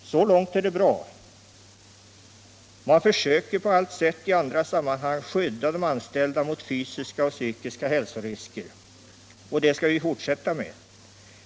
Så långt är det bra. Man försöker på allt sätt i andra sammanhang skydda de anställda mot fysiska och psykiska hälsorisker. Det skall vi fortsätta med.